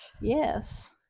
yes